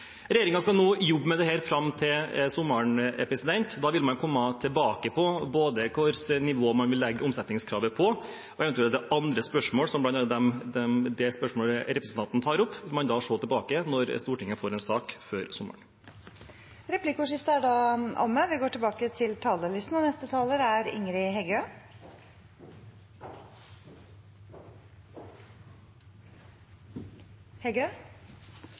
skal nå jobbe med dette fram til sommeren. Da vil man komme tilbake med både hvilket nivå man vil legge omsetningskravet på og eventuelt andre spørsmål, som bl.a. det spørsmålet representanten Kaski tar opp, og man får da se tilbake når Stortinget får en sak før sommeren. Replikkordskiftet er omme.